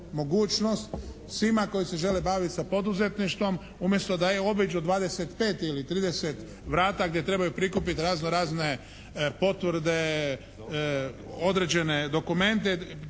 mogućnost svima koji se žele baviti sa poduzetništvom umjesto da obiđu 25 ili 30 vrata gdje trebaju prikupiti razno-razne potvrde određene dokumente